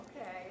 okay